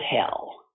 hell